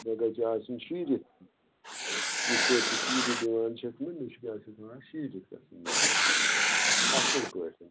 مےٚ گژھہِ آسٕنۍ شیٖرِتھ یِتھ پٲٹھۍ ژٕ شیٖرتھ دِوان چھیٚکھ نا مےٚ چھِ کیٛاہ چھِ اَتھ وَنان شیٖرِتھ گژھیٚن مےٚ یِم آسٕنۍ اصٕل پٲٹھۍ